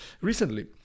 recently